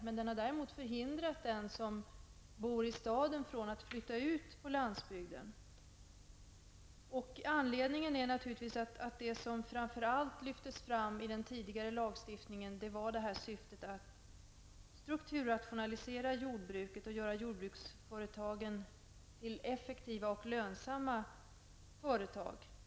Däremot har den förhindrat dem som bor i staden från att flytta ut på landsbygden. Anledningen är naturligtvis att det som framför allt lyftes fram i den tidigare lagstiftningen var strukturrationalisering av jordbruket och göra jordbruksföretagen till effektiva och lönsamma företag.